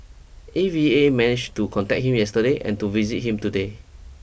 A V A managed to contact him yesterday and to visit him today